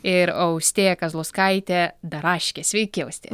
ir austėja kazlauskaitė daraškė sveiki austėja